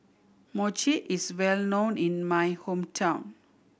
mochi is well known in my hometown